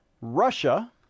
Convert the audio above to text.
Russia